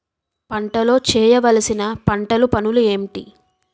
పంటలో చేయవలసిన పంటలు పనులు ఏంటి?